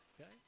okay